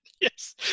Yes